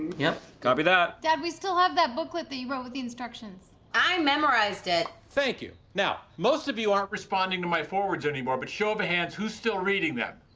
yep. copy that. dad, we still have that booklet that you wrote with the instructions. i memorized it. thank you. now, most of you aren't responding to my forwards anymore, but show of hands, who's still reading them?